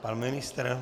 Pan ministr?